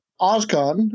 OSCON